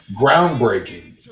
groundbreaking